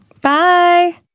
Bye